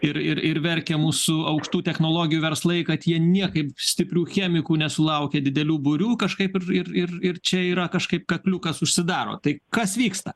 ir ir verkia mūsų aukštų technologijų verslai kad jie niekaip stiprių chemikų nesulaukia didelių būrių kažkaip ir ir ir ir čia yra kažkaip kakliukas užsidaro tai kas vyksta